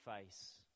face